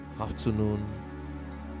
afternoon